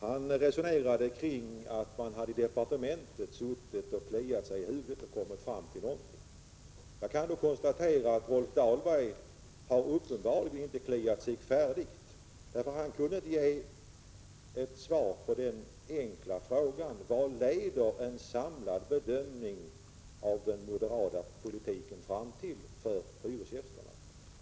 Han menade att man inom departementet skulle ha suttit och kliat sig i huvudet men så småningom kommit fram till någonting. Jag kan då konstatera att Rolf Dahlberg uppenbarligen inte har kliat sig färdigt i huvudet, eftersom han inte kan ge något svar på den enkla frågan: Vad leder en samlad bedömning av den moderata politiken fram till för hyresgästerna?